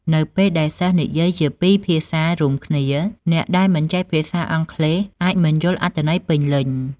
នៅពេលដែលសិស្សនិយាយជាពីរភាសារួមគ្នា អ្នកដែលមិនចេះភាសាអង់គ្លេសអាចមិនយល់អត្ថន័យពេញលេញ។